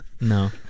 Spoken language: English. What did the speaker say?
No